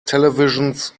televisions